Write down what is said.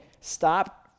stop